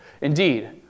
Indeed